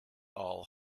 all